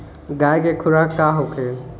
गाय के खुराक का होखे?